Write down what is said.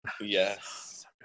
yes